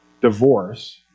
divorce